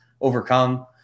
overcome